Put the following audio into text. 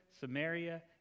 Samaria